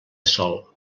sol